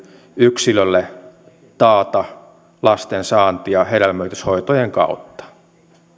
yksilölle taata lastensaantia hedelmöityshoitojen kautta